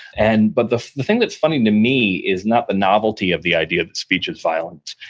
and but the the thing that's funny to me is not the novelty of the idea that speech is violence,